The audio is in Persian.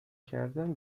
کردن